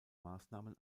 maßnahmen